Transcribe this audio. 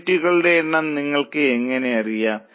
യൂണിറ്റുകളുടെ എണ്ണം നിങ്ങൾക്ക് എങ്ങനെ അറിയാം